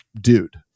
dude